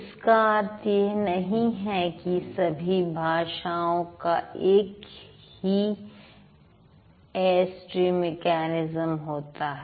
इसका अर्थ यह नहीं है कि सभी भाषाओं का एक ही एयरस्ट्रीम मेकैनिज्म होता है